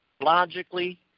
logically